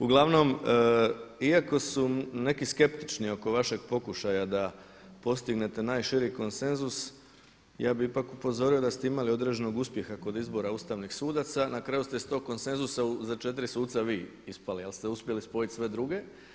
Uglavnom iako su neki skeptični oko vašeg pokušaja da postignete najširi konsenzus ja bih ipak upozorio da ste imali određenog uspjeha kod izbora ustavnih sudaca, na kraju ste iz tog konsenzusa za 4 suca vi ispali ali ste uspjeli spojiti sve druge.